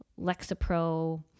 Lexapro